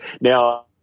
Now